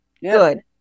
Good